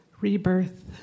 rebirth